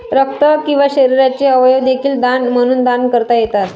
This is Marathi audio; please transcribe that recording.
रक्त किंवा शरीराचे अवयव देखील दान म्हणून दान करता येतात